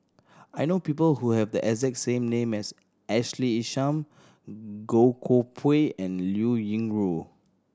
I know people who have the exact same name as Ashley Isham Goh Koh Pui and Liao Yingru